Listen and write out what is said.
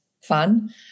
fun